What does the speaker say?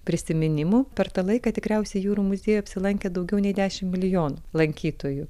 prisiminimų per tą laiką tikriausiai jūrų muziejuj apsilankė daugiau nei dešim milijonų lankytojų